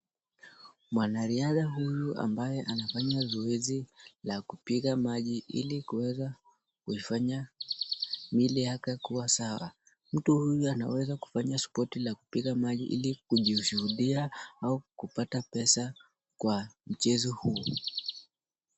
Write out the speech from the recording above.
Mwanariadha huyu ambaye anafanya zoezi la kupiga maji ili kuweza kuifanya mwili yake kuwa sawa. Mtu huyu anaweza kufanya spoti la kupiga maji ili kujiushidia au kupata pesa kwa mchezo huu.